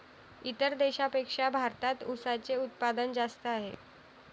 इतर देशांपेक्षा भारतात उसाचे उत्पादन जास्त आहे